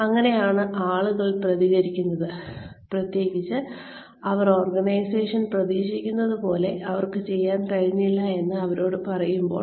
അങ്ങനെയാണ് ആളുകൾ പ്രതികരിക്കുന്നത് പ്രത്യേകിച്ച് അവർ ഓർഗനൈസേഷൻ പ്രതീക്ഷിക്കുന്ന പോലെ അവർക്ക് ചെയ്യാൻ കഴിഞ്ഞില്ല എന്ന് അവരോട് പറയുമ്പോൾ